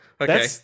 okay